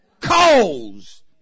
calls